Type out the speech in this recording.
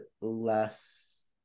less